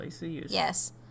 yes